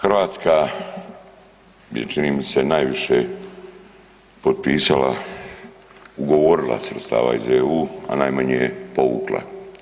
Hrvatska je čini mi se najviše potpisala, ugovorila sredstava iz EU, a najmanje je povukla.